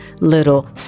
little